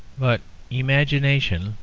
but imagination,